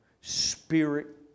spirit